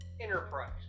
Enterprise